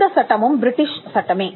இந்த சட்டமும் பிரிட்டிஷ் சட்டமே